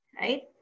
Right